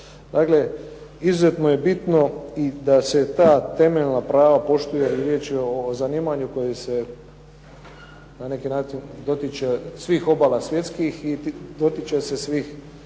Dakle, izuzetno je bitno da se i ta temeljna prava poštuje. Riječ je o zanimanju koje se na neki način dotiče svih obala svjetskih i dotiče se svih